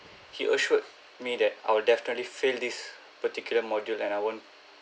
he assured me that I will definitely fail this particular module that I won't